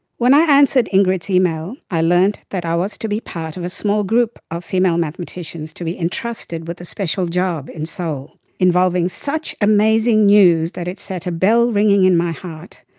when i answered ingrid's email, i learnt that i was to be part of a small group of female mathematicians to be entrusted with a special job in seoul, involving such amazing news that it set a bell ringing in my heart,